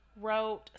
wrote